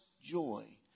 joy